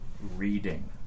reading